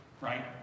right